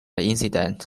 incident